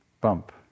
bump